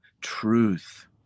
truth